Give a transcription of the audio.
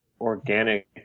organic